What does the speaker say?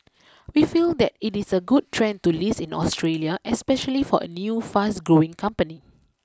we feel that it is a good trend to list in Australia especially for a new fast growing company